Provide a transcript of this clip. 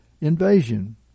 invasion